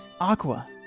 Aqua